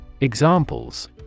Examples